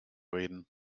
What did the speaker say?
reden